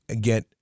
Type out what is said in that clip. get